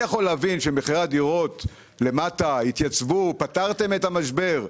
אני יכול להבין שמחירי הדירות למטה התייצבו ופתרתם את המשבר,